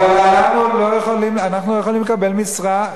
אבל אנחנו לא יכולים לקבל משרה.